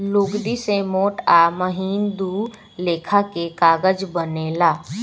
लुगदी से मोट आ महीन दू लेखा के कागज बनेला